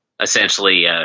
essentially